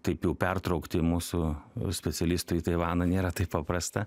taip jau pertraukti mūsų specialistų į taivaną nėra taip paprasta